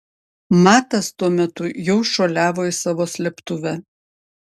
matas tuo metu jau šuoliavo į savo slėptuvę